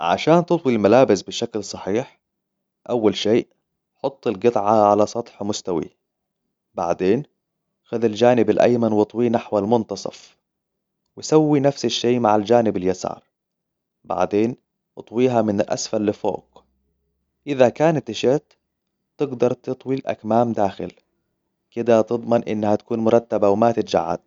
عشان تطوي الملابس بشكل صحيح ول شيء حط القطعة على سطح مستوي بعدين خذ الجانب الأيمن واطويه نحو المنتصف وسوي نفس الشي مع الجانب اليسار بعدين إطويها من الأسفل لفوق إذا كانت التيشيرت بقدر تطوي الأكمام داخل كده تضمن إنها تكون مرتبة وما تتجعد